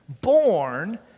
born